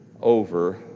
over